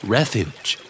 Refuge